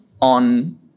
on